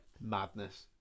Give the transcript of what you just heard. Madness